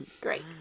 great